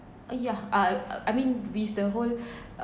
uh yeah I mean with the whole um